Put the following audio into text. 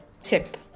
tip